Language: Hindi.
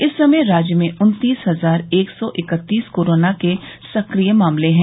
इस समय राज्य में उन्तीस हजार एक सौ इकत्तीस कोरोना के सक्रिय मामले हैं